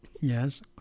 Yes